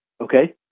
okay